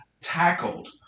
tackled